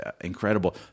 incredible